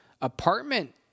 apartment